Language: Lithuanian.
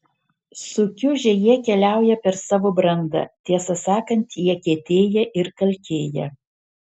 sukiužę jie keliauja per savo brandą tiesą sakant jie kietėja ir kalkėja